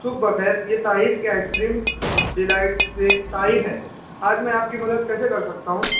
صبح بخیر یہ طاہر کی آئس کریم ڈلائٹ سے طاہر ہے آج میں آپ کی مدد کیسے کر سکتا ہوں